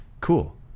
cool